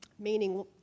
Meaning